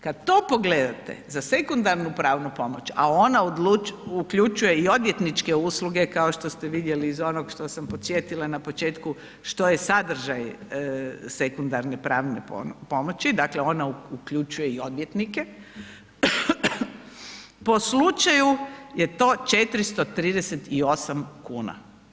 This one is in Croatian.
Kada to pogledate za sekundarnu pravnu pomoć, a ona uključuje i odvjetničke usluge kao što ste vidjeli iz onoga što sam podsjetila na početku što je sadržaj sekundarne pravne pomoći, dakle ona uključuje i odvjetnike, po slučaju je to 438 kuna.